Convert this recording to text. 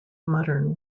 modern